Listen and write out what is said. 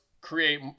create